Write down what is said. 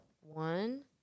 One